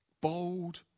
bold